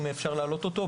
אם אפשר להעלות אותו.